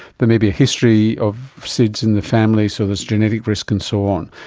but may be a history of sids in the family so there's genetic risk and so on.